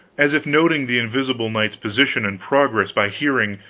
as if noting the invisible knight's position and progress by hearing,